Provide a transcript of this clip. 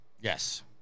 Yes